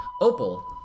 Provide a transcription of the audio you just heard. Opal